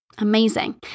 Amazing